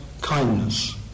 kindness